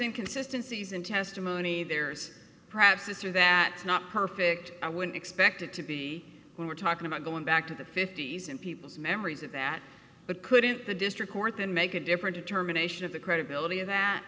inconsistency is in testimony there's perhaps it's true that not perfect i would expect it to be when we're talking about going back to the fifty's and people's memories of that but couldn't the district court then make a different terminations of the credibility that